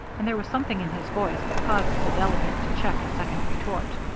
and there was something in his voice that caused the delegate to check a second retort.